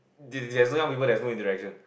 if there's no young people there's no interaction